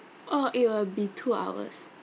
uh it will be two hours